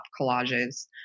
collages